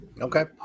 okay